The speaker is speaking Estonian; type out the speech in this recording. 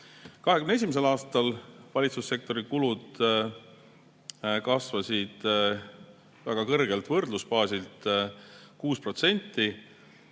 2021. aastal valitsussektori kulud kasvasid väga kõrgelt võrdlusbaasilt 6%